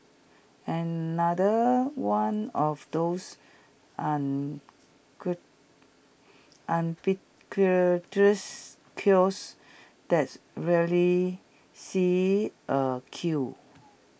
another one of those kiosks that rarely sees A queue